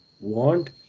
want